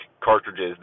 cartridges